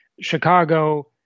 Chicago